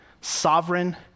sovereign